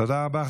תודה רבה.